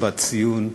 ציון דרך,